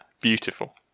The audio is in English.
Beautiful